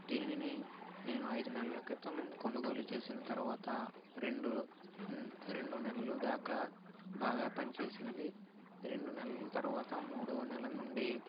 దీనినిని నేను ఐదు నెలల క్రితం కొనుగోలు చేసిన తర్వాత రెండు రెండు నెలలు దాకా బాగా పనిచేసింది రెండు నెలలు తర్వాత మూడో నెల నుండి